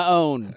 own